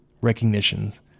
recognitions